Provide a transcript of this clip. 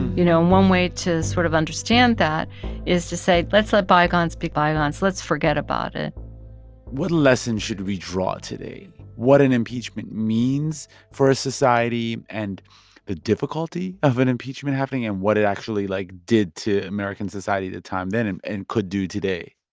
you know, one way to sort of understand that is to say, let's let bygones be bygones. let's forget about it what lessons should we draw today what an impeachment means for a society and the difficulty of an impeachment happening, and what it actually, like, did to american society at the time then and and could do today?